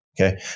Okay